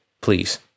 Please